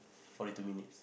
forty two minutes